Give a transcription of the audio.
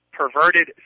perverted